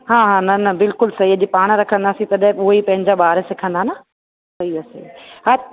हा हा न न बिल्कुलु सई अॼु पाण रखंदासीं तॾहिं हूअ ई पंहिंजा ॿार सिखंदा न सही आहे सई आहे हा